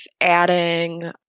adding